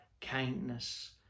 kindness